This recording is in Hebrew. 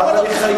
למה לא תוכלו?